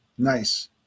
Nice